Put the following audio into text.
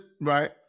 right